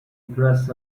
dress